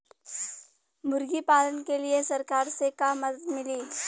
मुर्गी पालन के लीए सरकार से का मदद मिली?